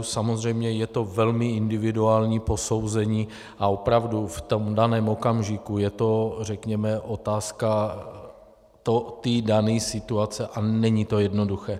Samozřejmě je to velmi individuální posouzení a opravdu v tom daném okamžiku je to řekněme otázka dané situace a není to jednoduché.